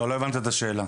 לא הבנת את השאלה.